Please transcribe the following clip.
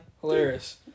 Hilarious